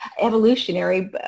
evolutionary